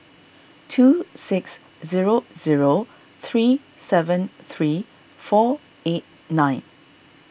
two six zero zero three seven three four eight nine